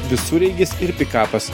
visureigis ir pikapas